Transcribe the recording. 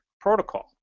protocol